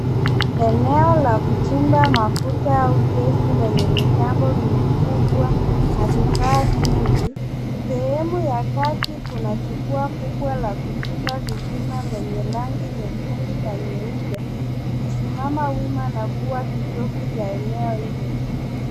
Eneo la kuchimba mafuta au gesi lenye mitambo mikubwa na vifaa vingi. Sehemu ya kati kuna jukwaa kubwa la kuchimba visima lenye rangi nyekundu na nyeupe, likisimama wima na kuwa kitovu cha eno hilo.